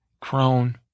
Crone